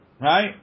right